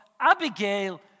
Abigail